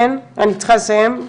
אני צריכה לסיים.